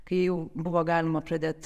kai jau buvo galima pradėt